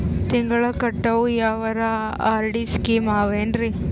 ತಿಂಗಳ ಕಟ್ಟವು ಯಾವರ ಆರ್.ಡಿ ಸ್ಕೀಮ ಆವ ಏನ್ರಿ?